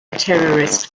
terrorist